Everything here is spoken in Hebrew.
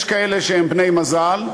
יש כאלה שהם בני-מזל,